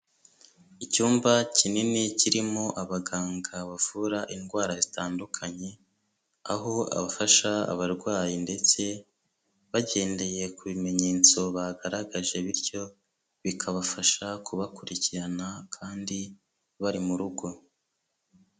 Icyumba kinini kirimo abaganga bavura indwara zitandukanye aho abafasha abarwayi ndetse bagendeye ku bimenyetso bagaragaje bityo bikabafasha kubakurikirana kandi bari mu rugo.